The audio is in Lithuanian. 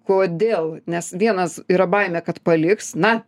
kodėl nes vienas yra baimė kad paliks na